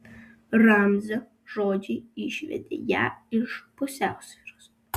ramzio žodžiai išvedė ją iš pusiausvyros